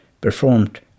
performed